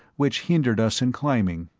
which hindered us in climbing.